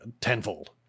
tenfold